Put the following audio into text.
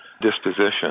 disposition